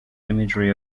imagery